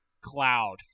Cloud